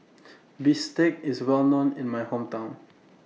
Bistake IS Well known in My Hometown